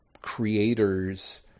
creators